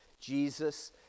Jesus